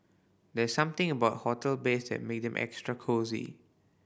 there's something about hotel beds that make them extra cosy